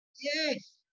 Yes